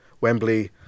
Wembley